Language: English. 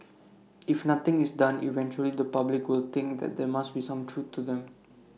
if nothing is done eventually the public will think that there must be some truth to them